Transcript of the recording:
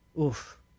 Oof